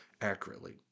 accurately